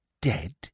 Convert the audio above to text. dead